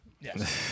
Yes